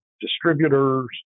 Distributors